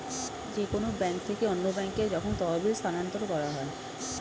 যে কোন ব্যাংক থেকে অন্য ব্যাংকে যখন তহবিল স্থানান্তর করা হয়